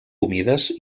humides